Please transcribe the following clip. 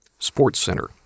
SportsCenter